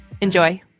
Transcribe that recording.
Enjoy